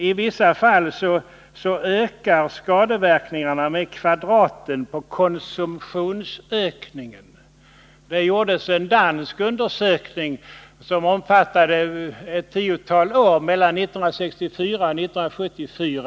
I vissa fall ökar skadeverkningarna med kvadraten på konsumtionsökningen. Det gjordes en dansk undersökning som omfattade åren 1964-1974.